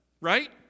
Right